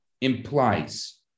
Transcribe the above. implies